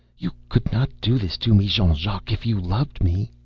you could not do this to me, jean-jacques, if you loved me.